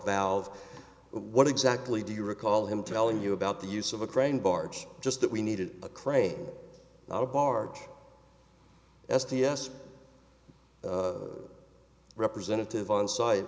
valve what exactly do you recall him telling you about the use of a crane barge just that we needed a crane not a barge s t s representative on site